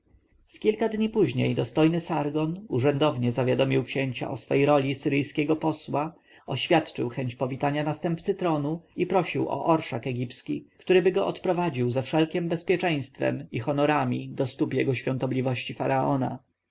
kilka dni później dostojny sargon urzędownie zawiadomił księcia o swej roli asyryjskiego posła oświadczył chęć powitania następcy tronu i prosił o orszak egipski któryby go odprowadził ze wszelkiem bezpieczeństwem i honorami do stóp jego świątobliwości faraona